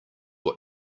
what